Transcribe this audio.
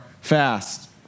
fast